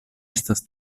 estas